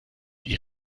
die